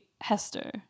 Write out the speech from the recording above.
Hester